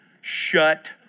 shut